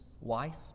wife